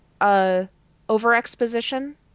over-exposition